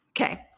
Okay